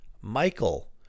Michael